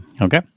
Okay